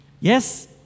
yes